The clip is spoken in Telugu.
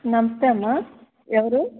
నమస్తే అమ్మ ఎవరు